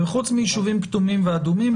וחוץ מישובים כתומים ואדומים,